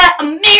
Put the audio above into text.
America